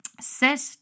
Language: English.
Set